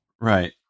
Right